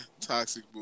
Toxic